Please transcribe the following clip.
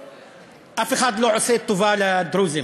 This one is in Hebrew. אף אחד לא עושה טובה לדרוזים.